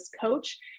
coach